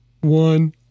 One